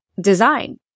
design